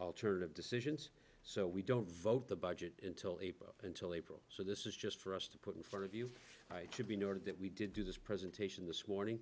alternative decisions so we don't vote the budget until april until april so this is just for us to put in front of you to be noted that we did do this presentation this morning